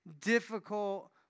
difficult